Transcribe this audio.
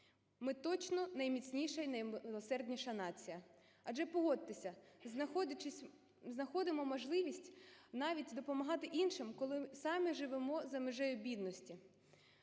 ми точно найміцніша і наймилосердніша нація. Адже, погодьтеся, знаходимо можливість навіть допомагати іншим, коли самі живемо за межею бідності.